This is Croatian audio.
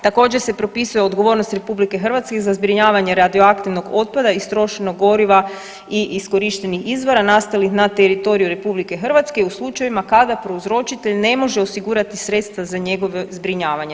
Također se propisuje odgovornost RH i za zbrinjavanje radioaktivnog otpada i istrošenog goriva i iskorištenih izvora nastalih na teritoriju RH u slučajevima kada prouzročitelj ne može osigurati sredstva za njegovo zbrinjavanje.